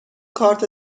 کارت